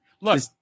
Look